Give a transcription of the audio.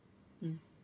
mm